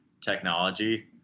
technology